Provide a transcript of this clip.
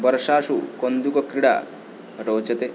वर्षासु कन्दुकक्रीडा रोचते